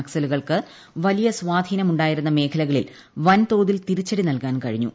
നക്സലുകൾക്ക് വലിയ സ്വാധീനം ഉണ്ടായിരുന്ന മേഖലകളിൽ വൻതോതിൽ തിരിച്ചടി നൽകാൻ കഴിഞ്ഞു